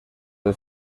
del